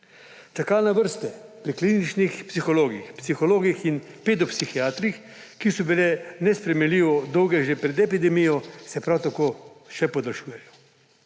Čakalne vrste pri kliničnih psihologih, psihologih in pedopsihiatrih, ki so bile nesprejemljivo dolge že pred epidemije, se prav tako še podaljšujejo.